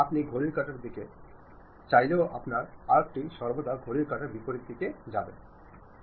আপনি ঘড়ির কাঁটার দিকে যেতে চাইলেও আপনার আর্কটি সর্বদা ঘড়ির কাঁটার বিপরীতে দিক নিচ্ছে